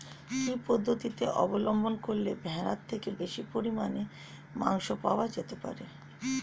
কি পদ্ধতিতে অবলম্বন করলে ভেড়ার থেকে বেশি পরিমাণে মাংস পাওয়া যেতে পারে?